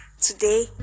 Today